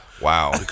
Wow